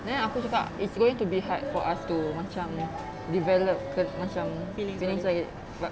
then aku cakap it's going to be hard for us to macam develop macam feelings again but